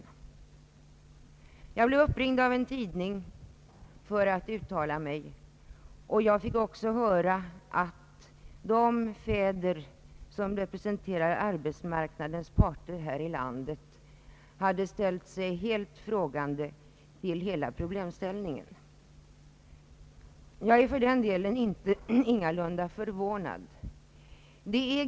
Jag blev uppringd av en tidning för att uttala mig, och jag fick också höra att de fäder som representerar arbetsmarknadens parter här i landet hade ställt sig helt frågande till hela problemställningen. Jag är ingalunda förvånad över detta.